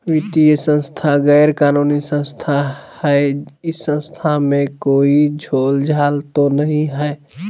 वित्तीय संस्था गैर कानूनी संस्था है इस संस्था में कोई झोलझाल तो नहीं है?